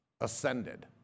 ascended